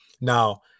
now